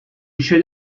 should